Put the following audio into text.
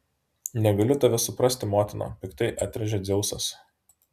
negaliu tavęs suprasti motina piktai atrėžė dzeusas